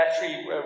battery